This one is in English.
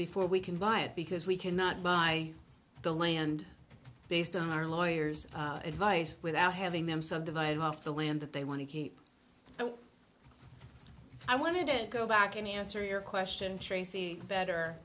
before we can buy it because we cannot buy the land based on our lawyers advice without having them survive off the land that they want to keep so i wanted it go back and answer your question tracy better